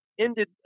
ended